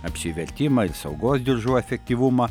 apsivertimą ir saugos diržų efektyvumą